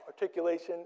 articulation